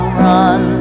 run